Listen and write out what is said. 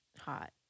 hot